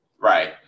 Right